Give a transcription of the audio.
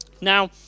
Now